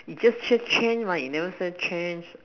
just change change right it never say change